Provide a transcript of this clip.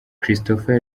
christopher